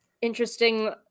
interesting